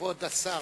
כבוד השר.